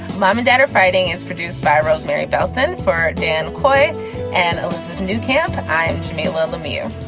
mom and dad are fighting is produced by rosemarie bellson for dan quayle and a new camp, ah and jamilah lemieux